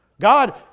God